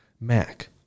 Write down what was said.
Mac